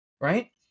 right